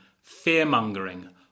fear-mongering